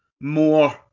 more